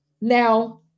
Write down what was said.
Now